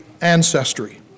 ancestry